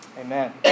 Amen